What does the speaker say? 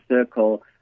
Circle